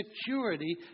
security